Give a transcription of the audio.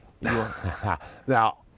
Now